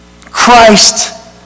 Christ